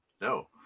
No